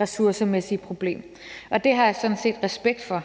ressourcemæssige problem, og det har jeg sådan set respekt for,